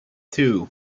two